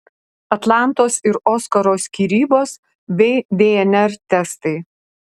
atlantos ir oskaro skyrybos bei dnr testai